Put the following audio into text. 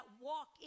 walk